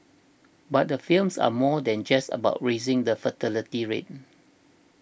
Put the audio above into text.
but the films are more than just about raising the fertility rate